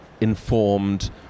informed